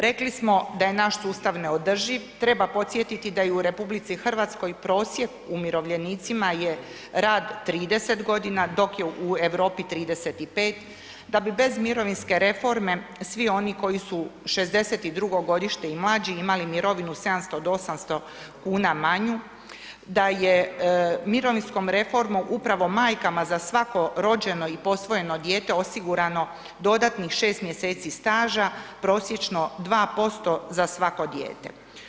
Rekli smo, da je naš sustav neodrživ, treba podsjetiti da u RH prosjek umirovljenicima je rad 30 godina, dok je u Europi 35, da bi bez mirovinske reforme svi oni koji su 62. godište i mlađi imali mirovinu 700 do 800 kn manju, da je mirovinskom reformom upravo majkama za svako rođeno i posvojeno dijete osigurano dodatnih 6 mjeseci staža, prosječno 2% za svako dijete.